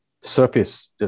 surface